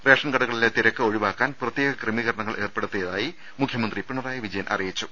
ration കടകളിലെ തിരക്ക് ഒഴിവാക്കാൻ പ്രത്യേക ക്രമീകരണങ്ങൾ ഏർപ്പെടുത്തിയതായി മുഖ്യമന്ത്രി പിണറായി വിജയൻ അറിയിച്ചു